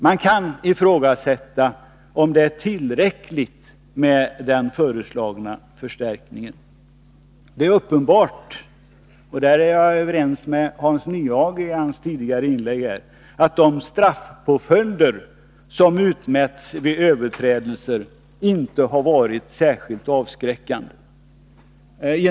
Man kan ifrågasätta om det är tillräckligt med den föreslagna förstärkningen. Uppenbart är också att de straffpåföljder som utmätts vid överträdelser inte har varit särskilt avskräckande — här är jag överens med Hans Nyhage.